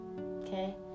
Okay